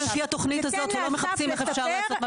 לפי התוכנית הזאת ולא מחפשים איך אפשר לעשות.